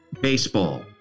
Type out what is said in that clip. Baseball